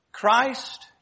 Christ